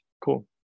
Cool